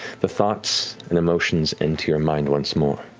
the thoughts and emotions enter your mind once more.